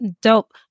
Dope